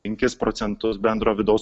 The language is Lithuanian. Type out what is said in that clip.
penkis procentus bendro vidaus